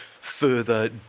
further